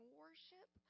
worship